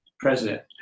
president